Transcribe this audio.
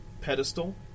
pedestal